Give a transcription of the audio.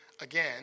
again